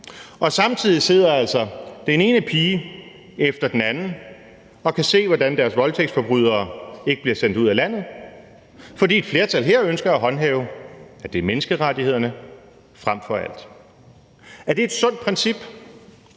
Og samtidig sidder altså den ene pige efter den anden og kan se, hvordan deres voldtægtsforbrydere ikke bliver sendt ud af landet, fordi et flertal her ønsker at håndhæve, at det er menneskerettighederne frem for alt. Er det et sundt princip?